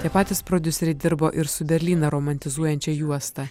tie patys prodiuseriai dirbo ir su berlyną romantizuojančia juosta